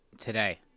today